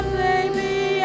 baby